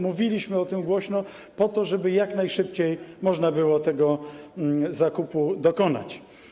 Mówiliśmy o tym głośno po to, żeby jak najszybciej można było tego zakupu dokonać.